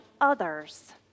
others